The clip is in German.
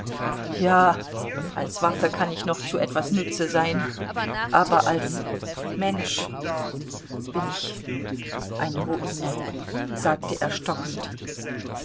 ja als waffe kann ich noch zu etwas nütze sein aber als mensch bin ich eine ruine sagte er stockend